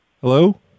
hello